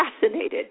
fascinated